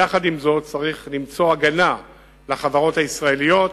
יחד עם זאת, צריך למצוא הגנה לחברות הישראליות,